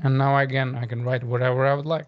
and now again, i can write whatever i would like